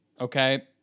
Okay